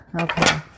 okay